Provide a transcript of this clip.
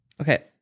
Okay